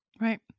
right